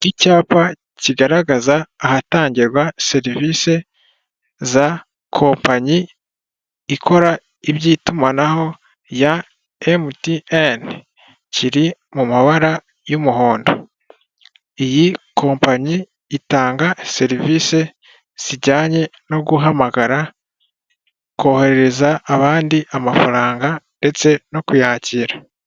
Icyapa kigaragaza ahatangirwa serivisi za kompanyi ikora iby'itumanaho ya emutiyeni kiri mu mabara y'umuhondo iyi kompanyi itanga serivisi zijyanye no guhamagara kohererereza abandi amafaranga ndetse no kuyakira.